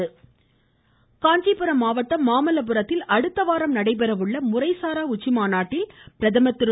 உயர்நீதிமன்றம் காஞ்சிபுரம் மாவட்டம் மாமல்லபுரத்தில் அடுத்தவாரம் நடைபெற உள்ள முறைசாரா உச்சிமாநாட்டில் பிரதமர் திரு